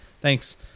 Thanks